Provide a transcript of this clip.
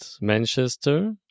Manchester